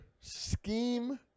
scheme